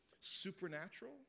supernatural